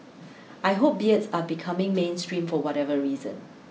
I hope beards are becoming mainstream for whatever reason